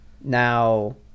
Now